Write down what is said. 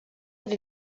ada